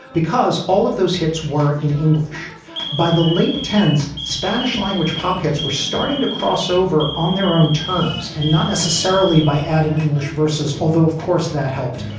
because all of those hits were in english by the late ten s spanish language pop hits were starting to crossover on their own terms and not necessarily by adding english versus although of course that helped.